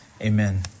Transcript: amen